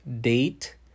date